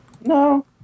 No